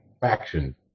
Faction